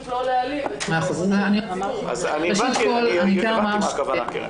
זה פשוט לא --- אני הבנתי מה הכוונה, קרן.